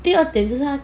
第二点就是他